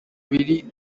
ibiri